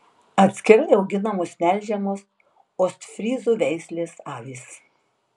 atskirai auginamos melžiamos ostfryzų veislės avys